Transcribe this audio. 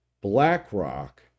BlackRock